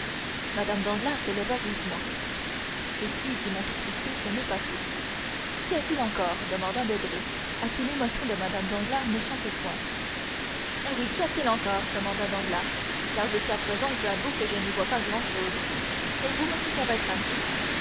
mme danglars se leva vivement et puis dit monte cristo ce n'est pas tout qu'y a-t-il donc encore demanda debray à qui l'émotion de mme danglars n'échappait point ah oui qu'y a-t-il encore demanda danglars car jusqu'à présent j'avoue que je n'y vois pas grand-chose et vous monsieur cavalcanti